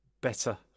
better